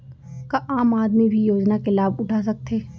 का आम आदमी भी योजना के लाभ उठा सकथे?